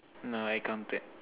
no I counted